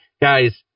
guys